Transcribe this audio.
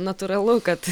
natūralu kad